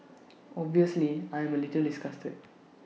obviously I am A little disgusted